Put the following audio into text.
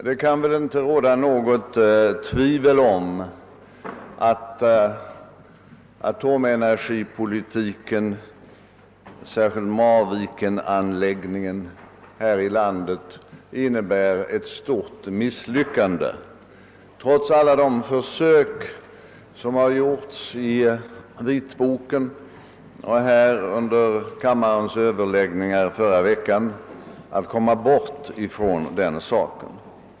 Det kan väl inte råda något tvivel om att atomenergipolitiken här i landet, särskilt Marvikenanläggningen, innebär ett stort misslyckande, trots alla de försök som gjorts i vitboken och här under kammarens överläggningar förra veckan att komma bort från den saken.